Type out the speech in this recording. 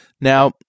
Now